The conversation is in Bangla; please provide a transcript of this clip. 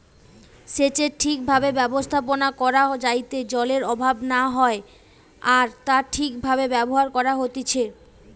সেচের ঠিক ভাবে ব্যবস্থাপনা করা যাইতে জলের অভাব না হয় আর তা ঠিক ভাবে ব্যবহার করা হতিছে